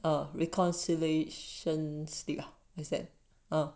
a reconciliation slip ah is that err